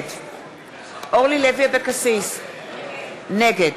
נגד אורלי לוי אבקסיס, נגד